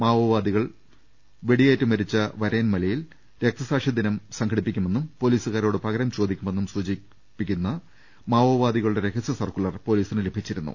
മാവോവാദികൾ വെടിയേറ്റ് മരിച്ച വരയൻമലയിൽ രക്തസാക്ഷി ദിനം സംഘടിപ്പിക്കുമെന്നും പൊലീസുകാരോട് പകരം ചോദിക്കു മെന്നും സൂചിപ്പിക്കുന്ന മാവോവാദികളുടെ രഹസ്യ സർക്കുലർ പൊലീസിന് ലഭിച്ചിരുന്നു